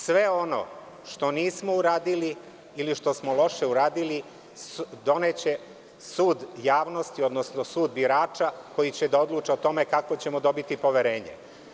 Sve ono što nismo uradili ili što smo loše uradili doneće sud javnosti, odnosno sud birača koji će da odluče o tome kako ćemo dobiti poverenje.